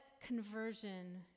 conversion